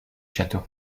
château